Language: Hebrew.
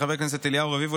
של חבר הכנסת אליהו רביבו,